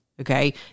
okay